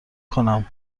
کنم